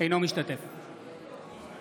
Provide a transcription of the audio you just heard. אינו משתתף בהצבעה